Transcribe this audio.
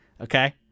Okay